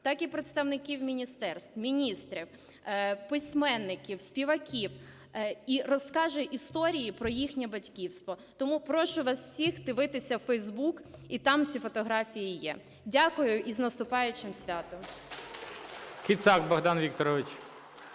так і представників міністерств, міністрів, письменників, співаків, і розкаже історії про їхнє батьківство. Тому прошу вас всіх дивитися Фейсбук, і там ці фотографії є. Дякую. І з наступаючим святом.